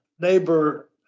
neighbor